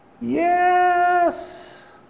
Yes